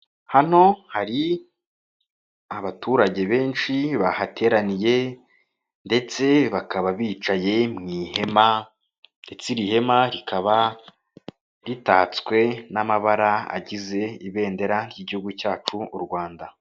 Hano hari abaturage benshi bahateraniye ndetse bakaba bicaye mu ihema ndetse iri hema rikaba ritatswe n'amabara agize ibendera ry'igihugu cyacu u Rwanda.